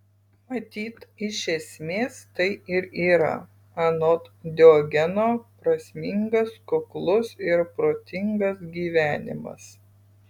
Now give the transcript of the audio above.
matyt iš esmės tai ir yra anot diogeno prasmingas kuklus ir protingas gyvenimas